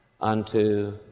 unto